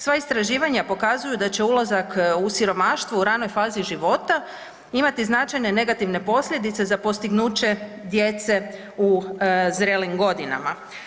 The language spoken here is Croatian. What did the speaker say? Sva istraživanja pokazuju da će ulazak u siromaštvo u ranoj fazi života imati značajne negativne posljedice za postignuće djece u zrelijim godinama.